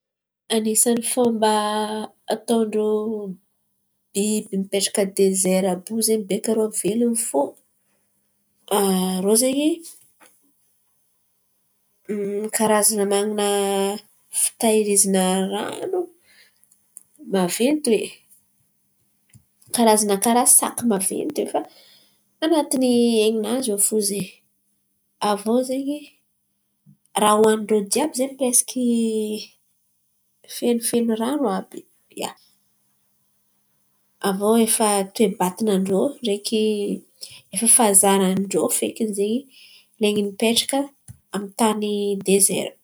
Anisany fomba atan-drô biby mipetraka adezaira àby io baika rô velon̈o fo. Rô zen̈y karazan̈a manan̈a fitahirizan̈a ran̈o maventy oe, karazan̈a karà saka maventy fa anatiny ain̈i-nany ao fo zen̈y. Avio ze raha oanin-drô jiàby ze piraisiky fenofeno ran̈o àby, ia. Aviô efa toe-batan̈an-drô ndraiky efa fahazaran̈an-drô feky zen̈y lay mipetraka amin’ny tany dezaira.